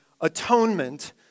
atonement